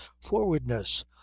forwardness